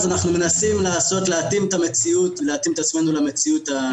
ואנחנו מנסים להתאים את עצמנו למציאות הקיימת.